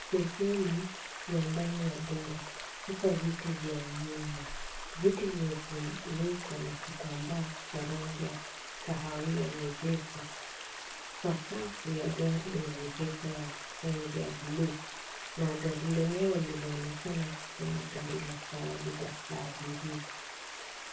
Sehemu ya ndani ya gari katika viti vya nyuma. Viti vimefunikwa na kitambaa cha rangi ya kahawia nyepesi. Sakafu ya gari ina mikeka ya rangi ya bluu na gari lenyewe linaonekana kama gari la kawaida la abiria.